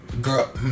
girl